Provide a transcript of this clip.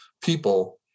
people